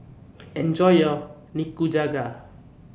Enjoy your Nikujaga